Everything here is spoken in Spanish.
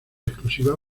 exclusiva